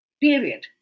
period